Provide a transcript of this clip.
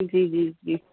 جی جی جی